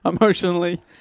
emotionally